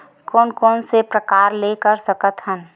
कोन कोन से प्रकार ले कर सकत हन?